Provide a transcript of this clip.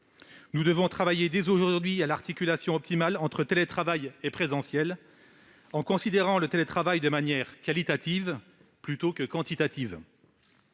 Nous devons travailler, dès aujourd'hui, à l'articulation optimale entre télétravail et présentiel, en considérant le premier de manière qualitative plutôt que quantitative.